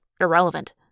irrelevant